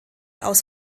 aus